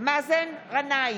מאזן גנאים,